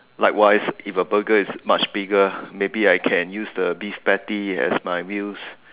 likewise if a Burger is much bigger maybe I can use the beef patties as my wheels